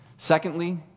Secondly